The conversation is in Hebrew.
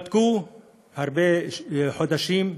בדקו הרבה חודשים,